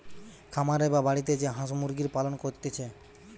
খামারে বা বাড়িতে যে হাঁস মুরগির পালন করতিছে